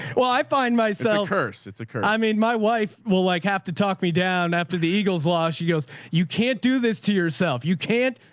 well i find myself first. it's a curse. i mean, my wife will like have to talk me down after the eagle's loss. she goes, you can't do this to yourself. you can't,